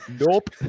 Nope